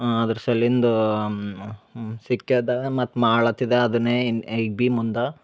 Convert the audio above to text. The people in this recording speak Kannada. ಅದ್ರ ಸಲಿಂದು ಸಿಕ್ಯದ ಮತ್ತೆ ಮಾಡ್ಲಾತಿದೆ ಅದನ್ನೇ ಇನ್ನ ಈಗ ಬಿ ಮುಂದೆ